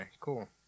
cool